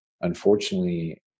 unfortunately